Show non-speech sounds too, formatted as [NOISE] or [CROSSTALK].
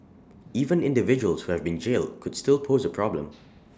even individuals who have been jailed could still pose A problem [NOISE]